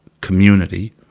community